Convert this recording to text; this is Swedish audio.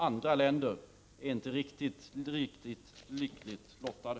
Andra länder är inte riktigt lika lyckligt lottade.